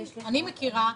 אני מכירה,